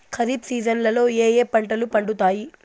ఖరీఫ్ సీజన్లలో ఏ ఏ పంటలు పండుతాయి